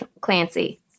Clancy